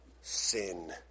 sin